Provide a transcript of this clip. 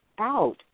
out